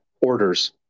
orders